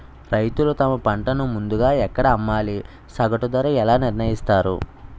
రైతులు తమ పంటను ముందుగా ఎక్కడ అమ్మాలి? సగటు ధర ఎలా నిర్ణయిస్తారు?